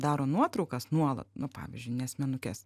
daro nuotraukas nuolat nu pavyzdžiui asmenukes